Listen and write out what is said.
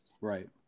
Right